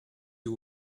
you